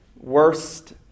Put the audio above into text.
worst